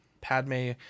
padme